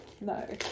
No